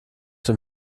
dem